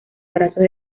brazos